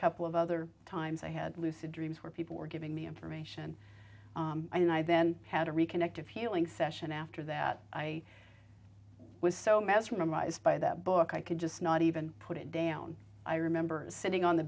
couple of other times i had lucid dreams where people were giving me information and i then had to reconnect a feeling session after that i was so mesmerized by that book i could just not even put it down i remember sitting on the